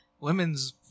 Women's